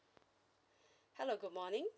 hello good morning